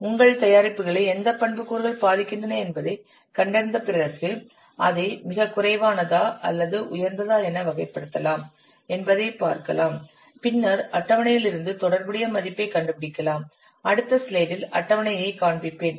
எனவே உங்கள் தயாரிப்புகளை எந்தப் பண்புக்கூறுகள் பாதிக்கின்றன என்பதைக் கண்டறிந்த பிறகு அதை மிகக் குறைவானதா அல்லது உயர்ந்ததா என வகைப்படுத்தலாம் என்பதைப்பார்க்கலாம் பின்னர் அட்டவணையில் இருந்து தொடர்புடைய மதிப்பைக் கண்டு பிடிக்கலாம் அடுத்த ஸ்லைடில் அட்டவணையைக் காண்பிப்பேன்